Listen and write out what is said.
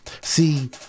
See